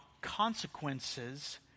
consequences